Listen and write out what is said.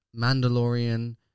Mandalorian